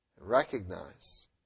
recognize